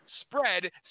spread